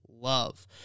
Love